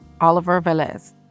Oliver-Velez